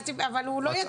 אבל הוא לא יצא עדיין.